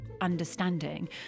understanding